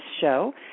show